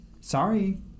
sorry